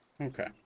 Okay